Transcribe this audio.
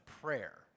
prayer